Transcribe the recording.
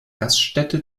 gaststätte